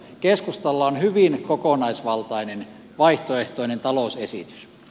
keskustalla on hyvin kokonaisvaltainen vaihtoehtoinen talousesitys